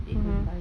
mmhmm